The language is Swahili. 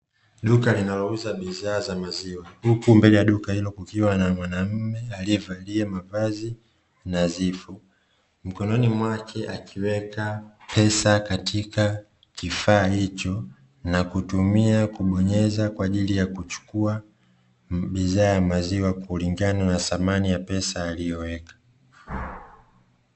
Duka linalouza bidhaa za maziwa huku mbele ya duka hilo kukiwa na mwanamme aliyevalia mavazi nadhifu, mkononi mwake akiweka pesa katika kifaa hicho na kutumia kubonyeza kwa ajili ya kuchukua bidhaa ya maziwa kulingana na thamani ya pesa aliyoweka.